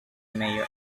mayor